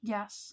Yes